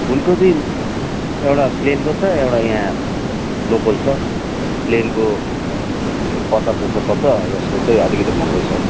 फुलकोपी एउटा प्लेनको छ एउटा यहाँ लोकोल छ प्लेनको पचास जस्तो पर्छ यसको चाहिँ अलिकति महँगै छ